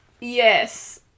yes